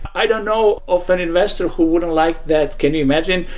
i don't know of any investor who wouldn't like that. can you imagine?